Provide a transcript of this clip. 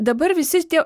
dabar visi tie